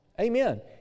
Amen